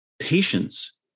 Patience